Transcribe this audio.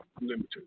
limited